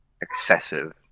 excessive